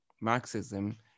marxism